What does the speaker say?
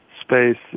space